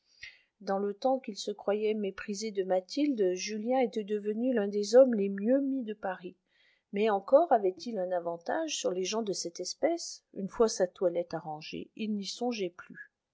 dans le temps qu'il se croyait méprisé de mathilde julien était devenu l'un des hommes les mieux mis de paris mais encore avait-il un avantage sur les gens de cette espèce une fois sa toilette arrangée il n'y songeait plus